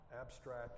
abstract